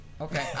Okay